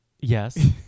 Yes